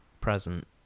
present